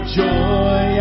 joy